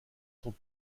sont